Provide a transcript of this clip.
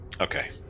Okay